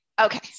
Okay